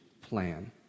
plan